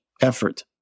effort